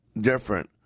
different